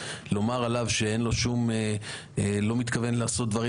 לומר עליו שהוא לא מתכוון לעשות דברים